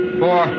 four